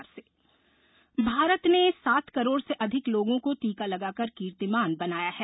corona vaccine Bharat ने सात करोड़ से अधिक लोगों को टीका लगाकर कीर्तिमान बनाया है